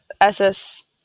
SS